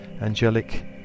angelic